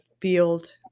field